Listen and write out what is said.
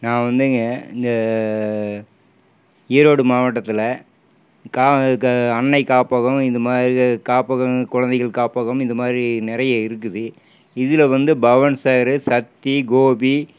நான் வந்துங்க இந்த ஈரோடு மாவட்டத்தில் க அன்னை காப்பகம் இந்த மாதிரி காப்பகம் குழந்தைகள் காப்பகம் இந்த மாதிரி நிறைய இருக்குது இதில் வந்து பகவான் சாரு சக்தி கோபி